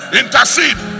intercede